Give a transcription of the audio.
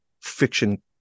fiction